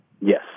Yes